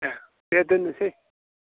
दे दोननोसै